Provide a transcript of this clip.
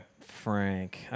Frank